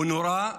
הוא נורה,